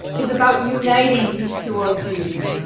is about uniting these two worldviews,